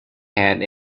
had